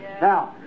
Now